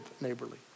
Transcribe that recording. neighborly